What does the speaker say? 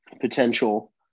potential